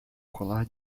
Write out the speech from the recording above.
colar